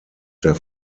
der